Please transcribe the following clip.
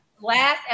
last